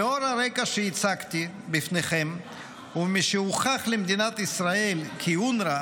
לאור הרקע שהצגתי בפניכם ומשהוכח למדינת ישראל כי אונר"א